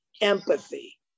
empathy